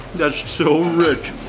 that's so rich.